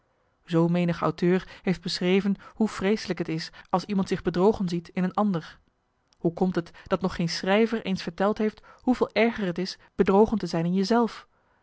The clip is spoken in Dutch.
zoo menig auteur heeft beschreven hoe vreeselijk het is als iemand zich bedrogen ziet in een ander hoe komt het dat nog geen schrijver eens verteld heeft hoeveel erger het is bedrogen te zijn in